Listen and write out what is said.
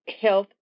health